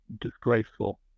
disgraceful